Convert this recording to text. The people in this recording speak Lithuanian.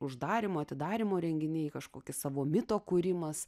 uždarymo atidarymo renginiai kažkokį savo mito kūrimas